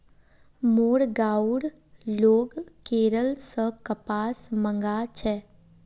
मोर गांउर लोग केरल स कपास मंगा छेक